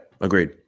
agreed